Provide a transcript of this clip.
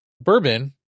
bourbon